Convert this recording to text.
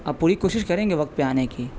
آپ پوری کوشش کریں گے وقت پہ آنے کی